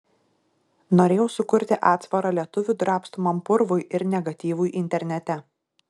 norėjau sukurti atsvarą lietuvių drabstomam purvui ir negatyvui internete